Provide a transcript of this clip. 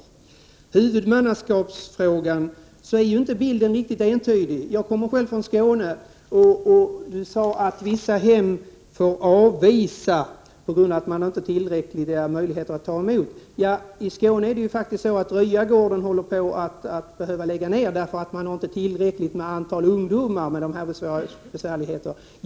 När det gäller huvudmannaskapsfrågan är bilden inte riktigt entydig. Ingrid Hemmingsson sade att vissa hem får avvisa ungdomar på grund av att man inte har möjlighet att ta emot dem. Jag kommer själv från Skåne, och där är det faktiskt så att Ryagården håller på att få lägga ned sin verksamhet på grund av att man inte har tillräckligt med ungdomar med sådana problem.